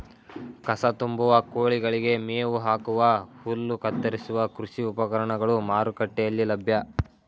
ಕಸ ತುಂಬುವ, ಕೋಳಿಗಳಿಗೆ ಮೇವು ಹಾಕುವ, ಹುಲ್ಲು ಕತ್ತರಿಸುವ ಕೃಷಿ ಉಪಕರಣಗಳು ಮಾರುಕಟ್ಟೆಯಲ್ಲಿ ಲಭ್ಯ